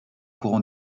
courant